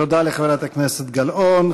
תודה לחברת הכנסת גלאון.